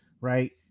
right